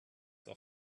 for